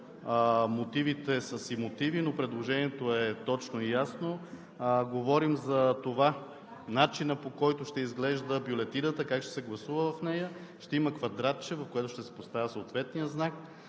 мотивите са си мотиви, но предложението е точно и ясно – говорим за начина, по който ще изглежда бюлетината, как ще се гласува в нея – ще има квадратче, в което ще се поставя съответният знак,